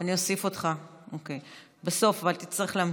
אני אוסיף אותך, אוקיי, בסוף, אבל תצטרך להמתין.